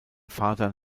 vater